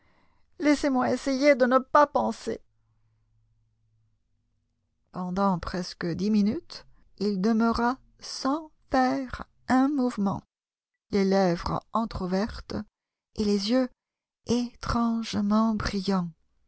laissez-moi essayer de ne pas penser pendant presque dix minutes il demeura sans faire un mouvement les lèvres entr'ouvertes et les yeux étrangement brillants